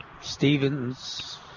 Stevens